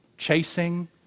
Chasing